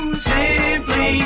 Simply